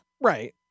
right